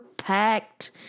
packed